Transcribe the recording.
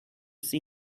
see